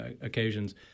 occasions